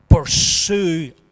Pursue